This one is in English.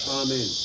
amen